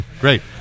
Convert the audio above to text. Great